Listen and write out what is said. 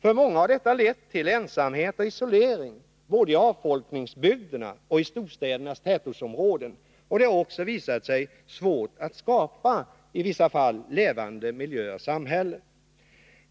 För många har detta lett till ensamhet och isolering både i avfolkningsbygderna och i storstädernas tätortsområden, och det har i vissa fall också visat sig svårt att skapa levande miljöer och samhällen.